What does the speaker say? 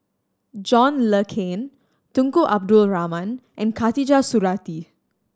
John Le Cain Tunku Abdul Rahman and Khatijah Surattee